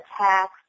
attacks